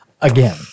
again